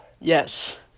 Yes